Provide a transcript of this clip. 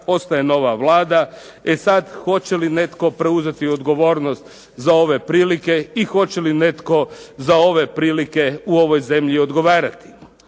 ostaje nova Vlada. E sad, hoće li netko preuzeti odgovornost za ove prilike i hoće li netko za ove prilike u ovoj zemlji odgovarati.